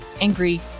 angry